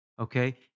Okay